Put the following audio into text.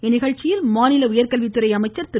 இந்நிகழ்ச்சியில் மாநில உயர்கல்வித்துறை அமைச்சர் திரு